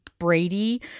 Brady